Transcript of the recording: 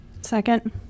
second